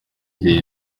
igihe